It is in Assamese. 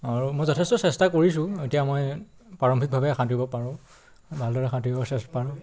আৰু মই যথেষ্ট চেষ্টা কৰিছোঁ এতিয়া মই প্ৰাৰম্ভিকভাৱে সাঁতুৰিব পাৰোঁ ভালদৰে সাঁতুৰিব চেষ্ট পাৰোঁ